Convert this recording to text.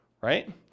right